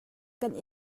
kan